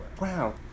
Wow